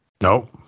No